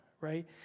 right